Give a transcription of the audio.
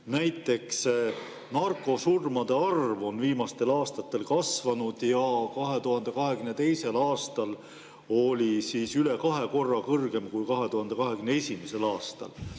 Näiteks narkosurmade arv on viimastel aastatel kasvanud ja 2022. aastal oli üle kahe korra kõrgem kui 2021. aastal.